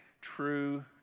True